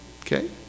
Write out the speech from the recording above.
okay